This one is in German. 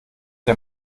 der